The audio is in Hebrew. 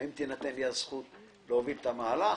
האם תינתן לי הזכות להוביל את המהלך,